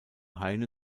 heine